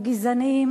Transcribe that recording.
הגזענים,